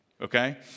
Okay